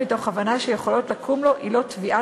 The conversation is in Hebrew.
מתוך הבנה שיכולות לקום לו עילות תביעה